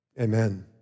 amen